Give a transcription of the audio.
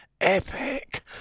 epic